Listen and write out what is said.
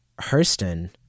Hurston